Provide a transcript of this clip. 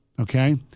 okay